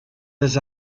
des